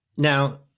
Now